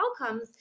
outcomes